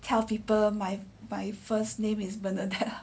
tell people my by first name is bernardette lah